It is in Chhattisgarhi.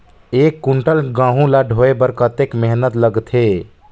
एक कुंटल गहूं ला ढोए बर कतेक मेहनत लगथे?